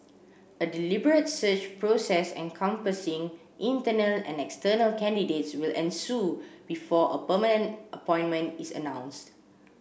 a deliberate search process encompassing internal and external candidates will ensue before a permanent appointment is announced